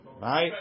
Right